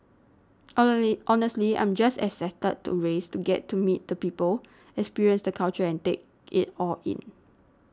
honestly I'm just excited to race to get to meet the people experience the culture and take it all in